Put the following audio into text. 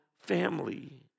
family